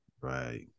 Right